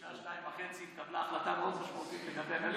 בשעה 14:30 התקבלה החלטה מאוד משמעותית לגבי הגליל.